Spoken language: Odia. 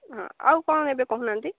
ହଁ ଆଉ କ'ଣ ନେବେ କହୁନାହାନ୍ତି